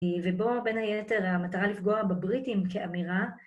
ובו בין היתר המטרה לפגוע בבריטים כאמירה